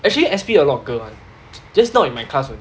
actually S_P a lot of girl [one] just not in my class only